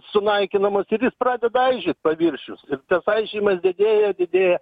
sunaikinamos ir jis pradeda aižėt paviršius ir tas aižymas didėja didėja